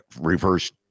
reverse